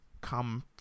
come